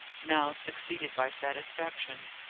now succeeded by satisfaction.